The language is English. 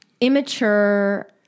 immature